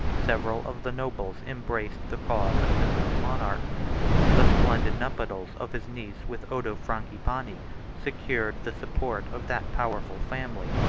several of the nobles embraced the cause of the greek monarch the splendid nuptials of his niece with odo frangipani secured the support of that powerful family,